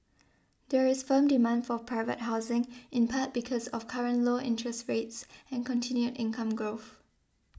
there is firm demand for private housing in part because of current low interest rates and continued income growth